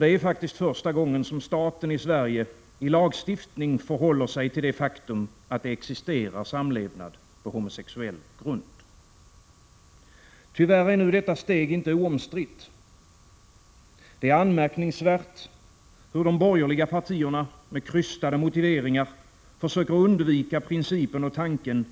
Det är faktiskt första gången som statsmakten i Sverige i lagstiftning förhåller sig till det faktum att det existerar samlevnad på homosexuell grund. Tyvärr är detta steg inte oomstritt. Det är anmärkningsvärt hur de borgerliga partierna, med krystade motiveringar, försöker undvika principen och tanken